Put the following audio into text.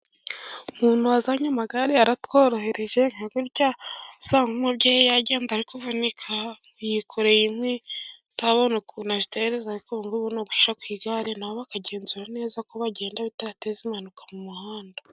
Umuntu wazanye amagare yaratworohereje, nka gutya wasangaga umubyeyi agenda ari kuvunika, yikoreye inkwi atabona ukuntu azitereza, ariko ubu ngubu n'ugushyira ku igare, nabo bakagenzura neza ko bagenda badateza impanuka mu muhanda.